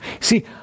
See